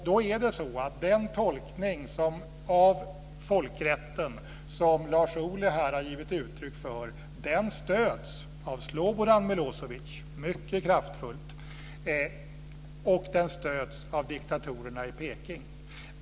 Den tolkning av folkrätten som Lars Ohly här har givit uttryck för stöds ju mycket kraftfullt av Slobodan Milo evic. Den stöds också av diktatorerna i Beijing.